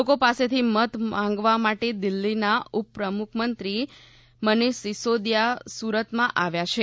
લોકો પાસેથી મત માંગવા માટે દિલ્ફીના ઉપમુખ્યમંત્રી મનીષ સિસોદિયા સુરતમાં આવ્યાં છે